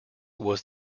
was